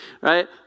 right